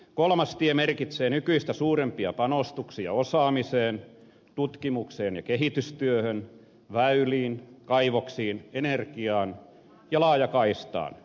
kolmas tie merkitsee nykyistä suurempia panostuksia osaamiseen tutkimukseen ja kehitystyöhön väyliin kaivoksiin energiaan ja laajakaistaan